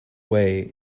way